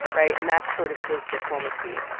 right? and that's sort of his diplomacy.